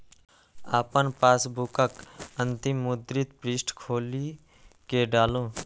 अपन पासबुकक अंतिम मुद्रित पृष्ठ खोलि कें डालू